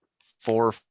four